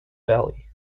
valley